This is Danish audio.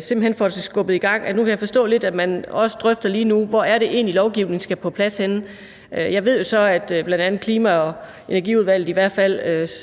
simpelt hen får det skubbet i gang. Nu kan jeg forstå, at man også lige nu drøfter, hvor det er, lovgivningen skal på plads. Jeg ved jo så, at i hvert fald Klima- og Energiudvalget så sent som